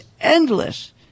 endless